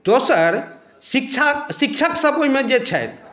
दोसर शिक्षा शिक्षक सब ओहिमे जे छथि